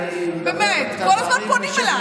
אני אומר את הדברים, באמת, כל הזמן פונים אליי.